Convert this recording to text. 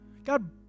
God